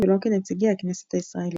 ולא כנציגי הכנסת הישראלית.